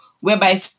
whereby